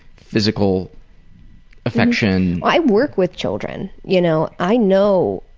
physical affection. i work with children. you know i know